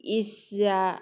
ए सिया